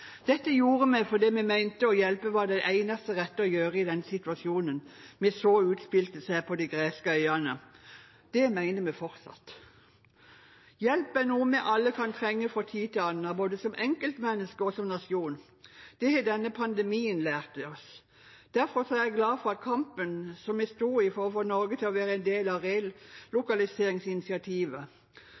Dette gjorde vi fordi vi mente at å hjelpe var det eneste rette å gjøre i den situasjonen vi så utspille seg på de greske øyene. Det mener vi fortsatt. Hjelp er noe vi alle kan trenge fra tid til annen, både som enkeltmenneske og som nasjon. Det har denne pandemien lært oss. Derfor er jeg glad for at kampen vi sto i for å få Norge til å være en del av